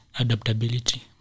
Adaptability